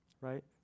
right